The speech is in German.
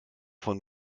von